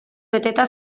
beteta